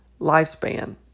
lifespan